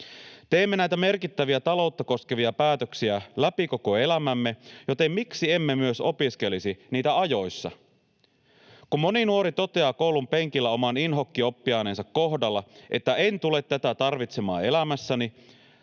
Teemme näitä merkittäviä taloutta koskevia päätöksiä läpi koko elämämme, joten miksi emme myös opiskelisi niitä ajoissa? Kun moni nuori toteaa koulun penkillä oman inhokkioppiaineensa kohdalla, että ”en tule tätä tarvitsemaan elämässäni”,